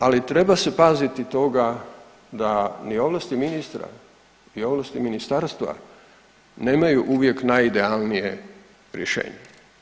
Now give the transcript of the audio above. Ali treba se paziti toga da ni ovlasti ministra i ovlasti ministarstva nemaju uvijek najidealnije rješenje.